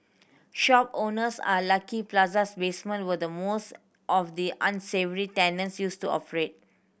shop owners at Lucky Plaza's basement where most of the unsavoury tenants used to operate